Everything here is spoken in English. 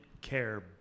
care